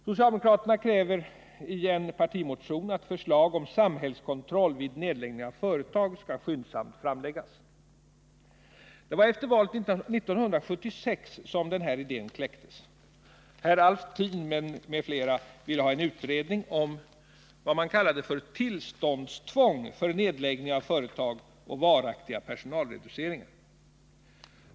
Socialdemokraterna kräver i en partimotion att förslag om samhällskontroll vid nedläggning av företag skall skyndsamt framläggas. Det var efter valet 1976 som den här idén kläcktes. Herr Alftin m.fl. ville ha en utredning om vad man kallade tillståndstvång för nedläggning av företag och varaktiga personalreduceringar.